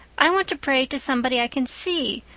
i want to pray to somebody i can see,